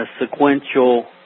sequential